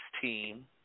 team